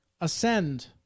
ascend